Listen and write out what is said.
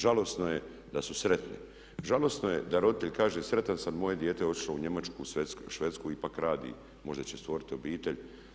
Žalosno je da su sretni, žalosno je da roditelj kaže sretan sam moje dijete je otišlo u Njemačku, Švedsku, ipak radi možda će stvoriti obitelj.